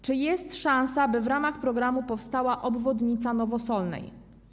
Czy jest szansa, by w ramach programu powstała obwodnica Nowosolnej?